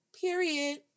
period